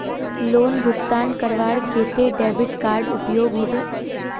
Loan भुगतान करवार केते डेबिट कार्ड उपयोग होबे?